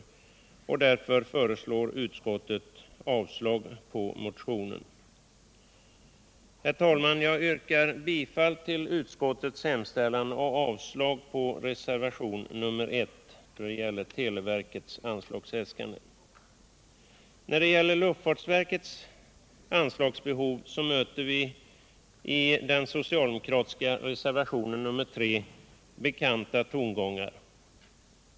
; kommunikations Därför föreslår utskottet avslag på motionen. departementets Herr talman! Jag yrkar bifall till utskottets hemställan och avslag på verksamhetsomreservationen 1 beträffande televerkets anslagsäskanden. råde När det gäller luftfartsverkets anslagsbehov möter vi bekanta tongångar i den socialdemokratiska reservationen 3.